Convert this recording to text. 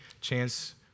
chance